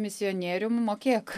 misionierium mokėk